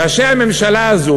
ראשי הממשלה הזאת,